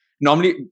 Normally